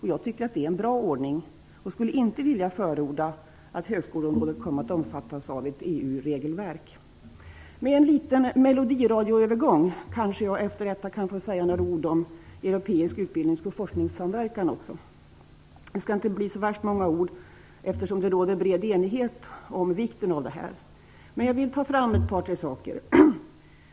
Jag tycker att detta är en bra ordning och skulle inte vilja förorda att högskoleområdet kom att omfattas av ett EU-regelverk. Med en liten s.k. melodiradioövergång kanske jag efter detta också kan få säga några ord om europeisk utbildnings och forskningssamverkan. Det skall inte bli så värst många ord, eftersom det råder bred enighet om vikten av en sådan. Men jag vill lyfta fram ett par tre saker.